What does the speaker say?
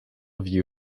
view